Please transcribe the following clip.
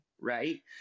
Right